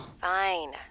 Fine